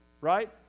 right